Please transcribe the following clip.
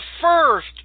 first